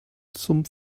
zum